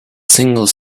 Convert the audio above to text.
single